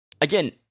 again